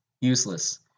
useless